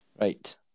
Right